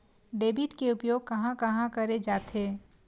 Debit के उपयोग कहां कहा करे जाथे?